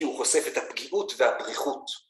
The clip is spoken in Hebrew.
‫שהוא חושף את הפגיעות והפריכות.